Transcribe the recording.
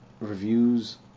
reviews